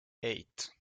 eight